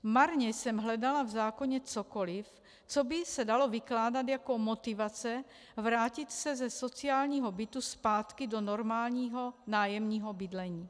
Marně jsem hledala v zákoně cokoliv, co by se dalo vykládat jako motivace vrátit se ze sociálního bytu zpátky do normálního nájemního bydlení.